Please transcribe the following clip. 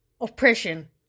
oppression